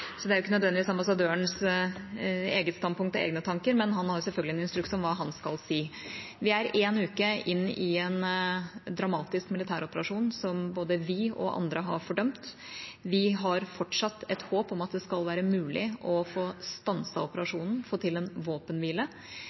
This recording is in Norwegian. Så det er ikke nødvendigvis ambassadørens eget standpunkt og egne tanker, han har selvfølgelig en instruks om hva han skal si. Vi er en uke inn i en dramatisk militæroperasjon som både vi og andre har fordømt. Vi har fortsatt et håp om at det skal være mulig å få stanset operasjonen og få til en våpenhvile.